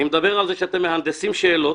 אני מדבר על זה שאתם מהנדסים שאלות,